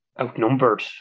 outnumbered